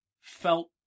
felt